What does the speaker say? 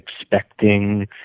expecting